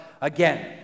again